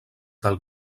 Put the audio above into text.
del